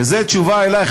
וזו תשובה לך,